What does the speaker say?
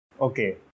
Okay